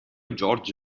george